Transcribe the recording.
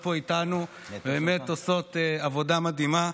פה איתנו ובאמת עושות עבודה מדהימה.